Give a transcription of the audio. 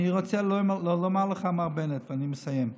אני רוצה לומר לך, מר בנט, אני מסיים: